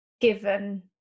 given